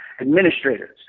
administrators